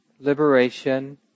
liberation